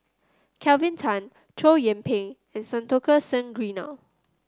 Kelvin Tan Chow Yian Ping and Santokh Singh Grewal